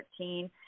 2013